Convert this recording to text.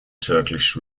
turkish